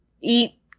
eat